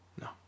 No